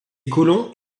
colons